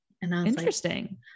Interesting